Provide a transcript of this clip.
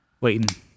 waiting